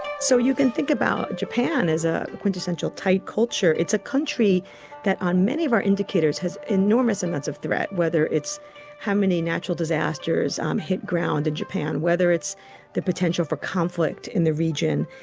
so you can think about japan as a quintessential tight culture. it's a country that on many of our indicators has enormous amounts of threat, whether it's how many natural disasters um hit ground in japan, whether it's the potential for conflict in the region.